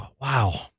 wow